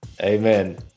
Amen